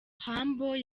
humble